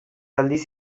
aldiz